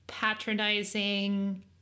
patronizing